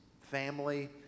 family